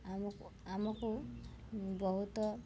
ଆମକୁ ଆମକୁ ବହୁତ